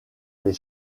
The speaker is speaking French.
les